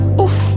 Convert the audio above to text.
Oof